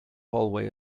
hallway